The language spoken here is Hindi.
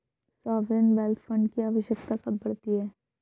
सॉवरेन वेल्थ फंड की आवश्यकता कब पड़ती है?